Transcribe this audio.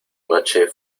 noche